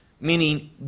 meaning